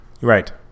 Right